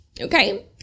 Okay